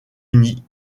uni